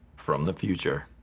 from the future.